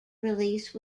release